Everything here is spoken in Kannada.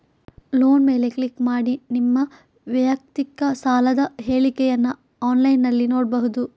ಲೋನ್ ಮೇಲೆ ಕ್ಲಿಕ್ ಮಾಡಿ ನಿಮ್ಮ ವೈಯಕ್ತಿಕ ಸಾಲದ ಹೇಳಿಕೆಯನ್ನ ಆನ್ಲೈನಿನಲ್ಲಿ ನೋಡ್ಬಹುದು